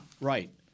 right